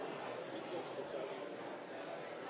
i